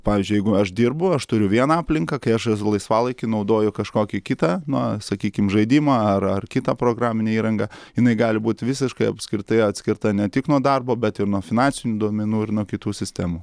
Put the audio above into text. pavyzdžiui jeigu aš dirbu aš turiu vieną aplinką kai aš laisvalaikį naudoju kažkokį kitą na sakykim žaidimą ar ar kitą programinę įrangą jinai gali būt visiškai apskritai atskirta ne tik nuo darbo bet ir nuo finansinių duomenų ir nuo kitų sistemų